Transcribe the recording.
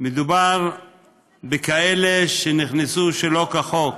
מדובר בכאלה שנכנסו שלא כחוק.